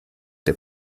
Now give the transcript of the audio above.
der